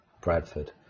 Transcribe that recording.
Bradford